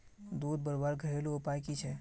दूध बढ़वार घरेलू उपाय की छे?